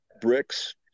bricks